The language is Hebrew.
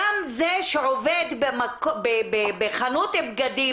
גם זה שעובד בחנות בגדים,